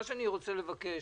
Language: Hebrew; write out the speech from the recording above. אני רוצה לבקש